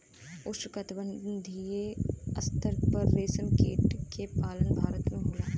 उष्णकटिबंधीय स्तर पर रेशम के कीट के पालन भारत में होला